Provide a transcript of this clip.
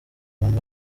abantu